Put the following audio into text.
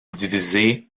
divisé